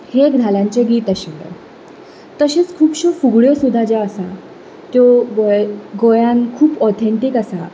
हें धालांचें गीत आशिल्लें तशीच खुबश्यो फुगड्यो सुद्दां ज्यो आसात त्यो गोंयांत खूब ऑथेनटीक आसात